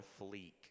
fleek